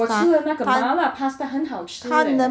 我吃了那个麻辣 pasta 很好吃 eh